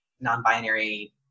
non-binary